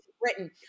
Britain